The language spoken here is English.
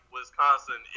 Wisconsin